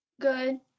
Good